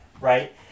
Right